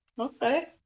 okay